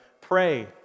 pray